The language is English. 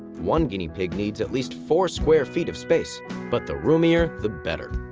one guinea pig needs at least four square feet of space but the roomier, the better.